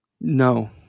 No